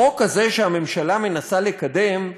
בחוק הזה שהממשלה מנסה לקדם,